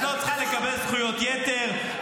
את לא צריכה לקבל זכויות יתר,